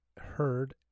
heard